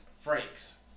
Frank's